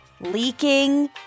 leaking